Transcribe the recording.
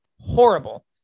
horrible